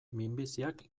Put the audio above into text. minbiziak